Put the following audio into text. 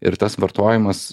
ir tas vartojimas